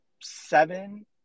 seven